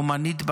אומנית בנשמה,